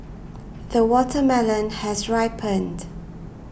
the watermelon has ripened